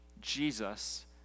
Jesus